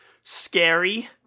scary